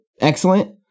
excellent